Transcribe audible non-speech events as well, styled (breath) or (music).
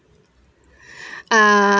(breath) uh